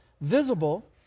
visible